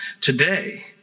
Today